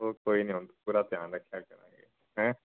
ਹੋਰ ਕੋਈ ਨਹੀਂ ਪੂਰਾ ਧਿਆਨ ਰੱਖਿਆ ਕਰਾਂਗੇ ਹੈਂ